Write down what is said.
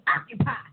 occupy